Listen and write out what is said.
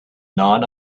none